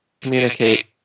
communicate